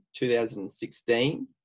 2016